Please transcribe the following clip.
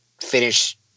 finish